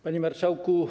Panie Marszałku!